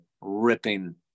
ripping